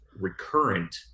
recurrent